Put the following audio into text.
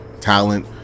talent